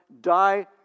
die